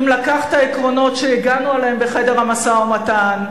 אם לקחת עקרונות שהגענו אליהם בחדר המשא-ומתן,